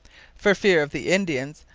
for fear of the indians,